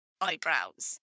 eyebrows